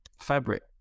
fabric